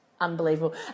unbelievable